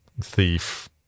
thief